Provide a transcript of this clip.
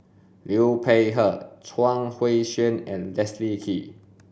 Liu Peihe Chuang Hui Tsuan and Leslie Kee